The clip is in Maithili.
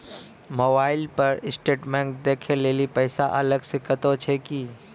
मोबाइल पर स्टेटमेंट देखे लेली पैसा अलग से कतो छै की?